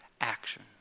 action